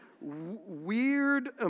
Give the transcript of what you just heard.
Weird